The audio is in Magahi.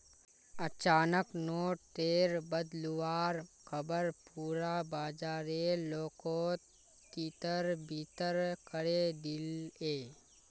अचानक नोट टेर बदलुवार ख़बर पुरा बाजारेर लोकोत तितर बितर करे दिलए